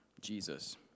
Jesus